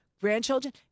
grandchildren